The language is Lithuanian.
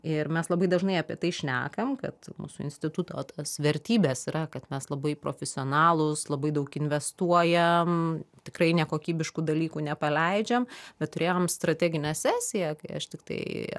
ir mes labai dažnai apie tai šnekam kad mūsų instituto tos vertybės yra kad mes labai profesionalūs labai daug investuojam tikrai nekokybiškų dalykų nepaleidžiam bet turėjom strateginę sesiją kai aš tiktai